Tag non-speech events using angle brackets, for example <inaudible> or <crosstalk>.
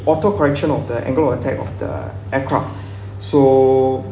auto-correction of the angle attack of the aircraft <breath> so